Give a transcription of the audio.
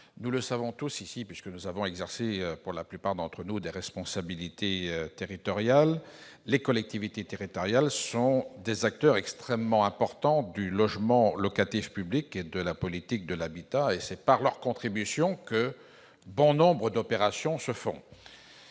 Nous le savons, puisque nous avons exercé, pour la plupart d'entre nous, des responsabilités territoriales, les collectivités territoriales sont des acteurs extrêmement importants du logement locatif public et de la politique de l'habitat. C'est grâce à leur contribution que bon nombre d'opérations se font.